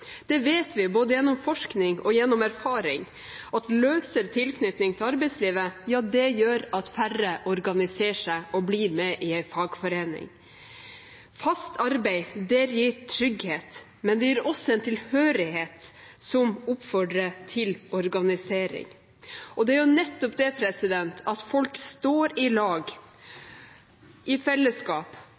vet, både gjennom forskning og gjennom erfaring, at løsere tilknytning til arbeidslivet gjør at færre organiserer seg og blir med i en fagforening. Fast arbeid gir trygghet, men det gir også en tilhørighet som oppfordrer til organisering. Det er nettopp det at folk har stått sammen i fellesskap